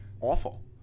Awful